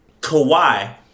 Kawhi